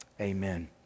Amen